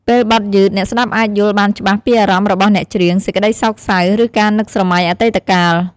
ពេលបទយឺត អ្នកស្តាប់អាចយល់បានច្បាស់ពីអារម្មណ៍របស់អ្នកច្រៀង សេចក្ដីសោកសៅ ឬការនឹកស្រមៃអតីតកាល។